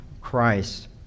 Christ